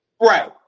Right